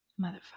Motherfucker